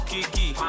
Kiki